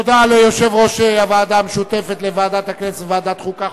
תודה ליושב-ראש הוועדה המשותפת לוועדת הכנסת ולוועדת החוקה,